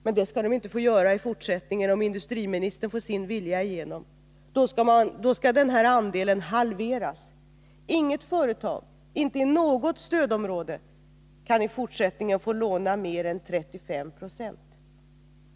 Men det skall de inte få göra i fortsättningen, om industriministern får sin vilja igenom. Han föreslår att denna andel skall halveras. Inget företag — inte ens i ett stödområde — kan i fortsättningen få låna mer än 35 4.